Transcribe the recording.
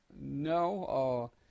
No